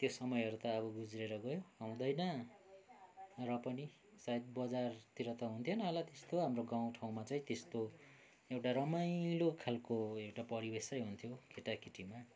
त्यो समयहरू त अब गुज्रेर गयो आउँदैन र पनि सायद बजारतिर त हुन्थेन होला त्यस्तो हाम्रो गाउँठाउँमा चाहिँ त्यस्तो एउटा रमाइलो खाल्को एउटा परिवेशै हुन्थ्यो केटाकेटीमा